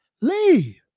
leave